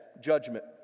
judgment